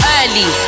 early